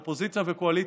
אופוזיציה וקואליציה,